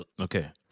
Okay